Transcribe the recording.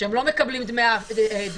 שהם לא מקבלים דמי מחלה,